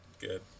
Good